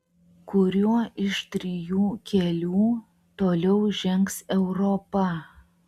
kuriuo iš trijų kelių toliau žengs europa